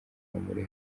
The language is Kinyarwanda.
bamuri